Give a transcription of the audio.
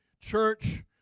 church